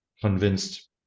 convinced